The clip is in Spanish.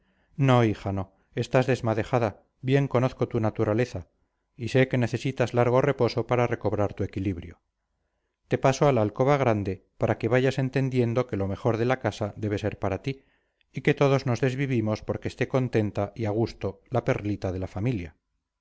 no hija no estás desmadejada bien conozco tu naturaleza y sé que necesitas largo reposo para recobrar tu equilibrio te paso a la alcoba grande para que vayas entendiendo que lo mejor de la casa debe ser para ti y que todos nos desvivimos porque esté contenta y a gusto la perlita de la familia